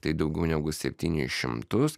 tai daugiau negu septynis šimtus